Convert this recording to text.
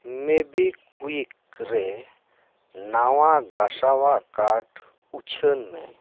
Mobi ᱠᱩᱭᱤᱠ ᱨᱮ ᱱᱟᱣᱟ ᱜᱟᱥᱟᱣᱟᱜ ᱠᱟᱨᱰ ᱩᱪᱷᱟᱹᱱ ᱢᱮ